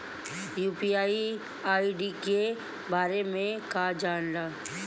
UPI ID के बारे में का जाने ल?